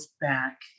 back